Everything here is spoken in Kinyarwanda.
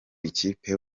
ikipe